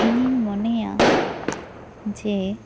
ᱤᱧᱤᱧ ᱢᱚᱱᱮᱭᱟ ᱡᱮ